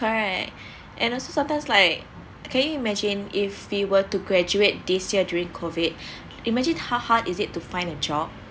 correct and also sometimes like can you imagine if we were to graduate this year during COVID imagine how hard is it to find a job